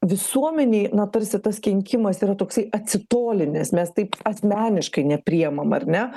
visuomenei na tarsi tas kenkimas yra toksai atsitolinęs mes taip asmeniškai nepriimam ar ne